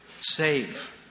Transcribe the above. save